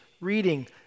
reading